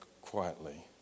quietly